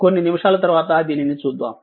కొన్ని నిమిషాల తర్వాత దీనిని చూద్దాం